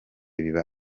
biba